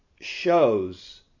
shows